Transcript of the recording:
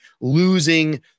losing